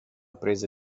presa